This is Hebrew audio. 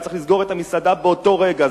היה צריך לסגור את המסעדה באותו רגע.